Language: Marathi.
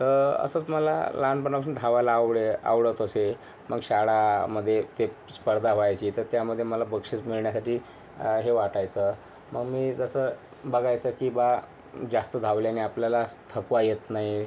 तर असंच मला लहानपणापासून धावायला आवडे आवडत असे मग शाळामध्ये ते स्पर्धा व्हायची तर त्यामध्ये मला बक्षीस मिळण्यासाठी हे वाटायचं मग मी जसं बघायचं की बा जास्त धावल्यानी आपल्याला थकवा येत नाही